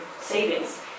savings